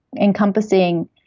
encompassing